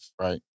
Right